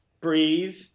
breathe